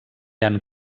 han